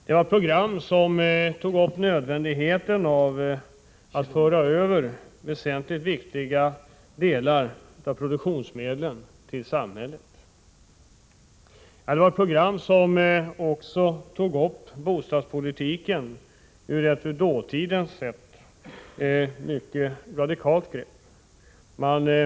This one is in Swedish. Det var ett program som tog upp nödvändigheten av att föra över väsentliga delar av produktionsmedlen till samhället. Det var ett program som också tog upp bostadspolitiken ur ett för dåtiden mycket radikalt perspektiv.